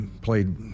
played